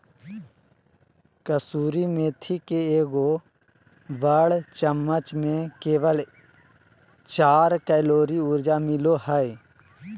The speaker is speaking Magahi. कसूरी मेथी के एगो बड़ चम्मच में केवल चार कैलोरी ऊर्जा मिलो हइ